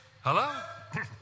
Hello